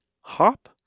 hop